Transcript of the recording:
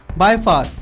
by far,